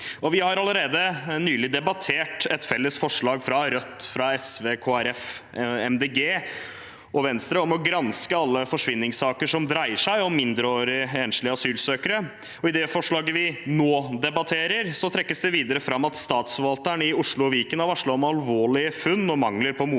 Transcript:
Vi har allerede nylig debattert et felles forslag fra Rødt, SV, Kristelig Folkeparti, Miljøpartiet De Grønne og Venstre om å granske alle forsvinningssaker som dreier seg om mindreårige enslige asylsøkere. I det forslaget vi nå debatterer, trekkes det videre fram at statsforvalteren i Oslo og Viken har varslet om alvorlige funn og mangler på mottak